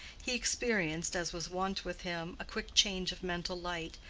he experienced, as was wont with him, a quick change of mental light,